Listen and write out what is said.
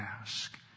ask